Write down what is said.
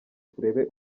turebe